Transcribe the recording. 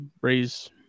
raise